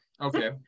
Okay